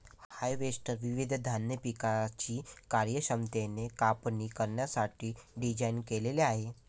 harvester विविध धान्य पिकांची कार्यक्षमतेने कापणी करण्यासाठी डिझाइन केलेले आहे